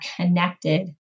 connected